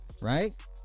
right